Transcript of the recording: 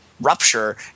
rupture